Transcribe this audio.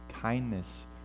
kindness